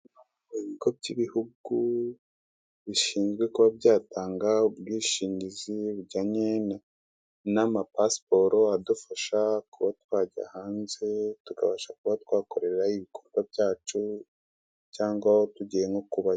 Ibigo by'ibihugu bishinzwe kuba byatanga ubwishingizi bujyanye n'amapasiporo adufasha kuba twajya hanze tukabasha kuba twakorerayo ibikorwa byacu, cyangwa tugiye nko kubayo.